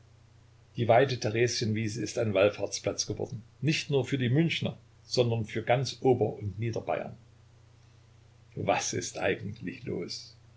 die weite theresienwiese ist ein wallfahrtsplatz geworden nicht nur für die münchener sondern für ganz ober und niederbayern was ist eigentlich los